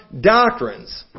doctrines